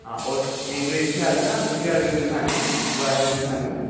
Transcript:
ਹਾਂ ਉਨੀ ਇੱਥੇ ਆ ਜਾਣਾ ਤੁਸੀਂ ਤੂੰ ਆ ਜਾ ਮਿਲਣ ਸਾਨੂੰ